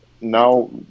now